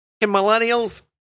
millennials